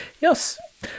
yes